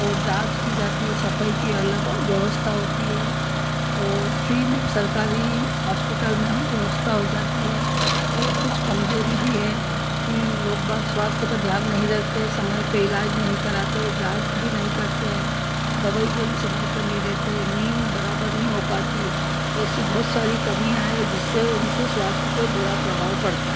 और जाँच की जाती है सफाई के अलग व्यवस्था होती है और फ्री में सरकारी हॉस्पिटल में हूँ व्यवस्था हो जाती है और कुछ कमजोरी भी है कि लोग बाग स्वास्थ्य का ध्यान नहीं रखते समय पे इलाज नहीं कराते जाँच भी नहीं करते हैं दवाई गोली समय पे नहीं रहते नींद बराबर नहीं हो पाती ऐसी बहुत सारी कमियाँ है जिससे उनके स्वास्थ्य पे बुरा प्रभाव पड़ता